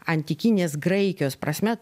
antikinės graikijos prasme